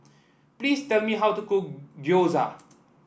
please tell me how to cook Gyoza